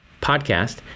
podcast